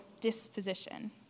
disposition